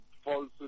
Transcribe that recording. false